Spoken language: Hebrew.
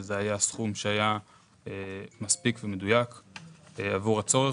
וזה היה סכום שהיה מספיק ומדויק עבור הצורך,